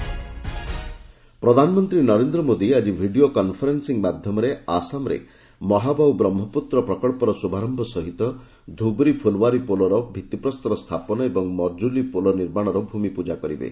PM Assam ପ୍ରଧାନମନ୍ତ୍ରୀ ନରେନ୍ଦ୍ର ମୋଦୀ ଆକି video conferencing ମାଧ୍ୟମରେ ଆସାମରେ ମହାବାହୁ ବ୍ରହ୍ମପୁତ୍ର ପ୍ରକଳ୍ପର ଶୁଭାରମ୍ଭ ସହିତ ଧୁବୀ ଫୁଲବାରୀ ପୋଲର ଭିତ୍ତିପ୍ରସ୍ତର ସ୍ଥାପନ ଏବଂ ମଜୁଲୀ ପୋଲ ନିର୍ମାଣର ଭୂମିପୂଜା କରିବେ